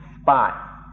spot